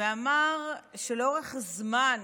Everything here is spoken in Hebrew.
ואמר שלאורך זמן